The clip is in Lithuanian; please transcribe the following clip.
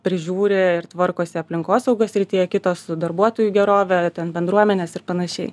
prižiūri ir tvarkosi aplinkosaugos srityje kitos darbuotojų gerove ten bendruomenės ir panašiai